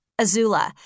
Azula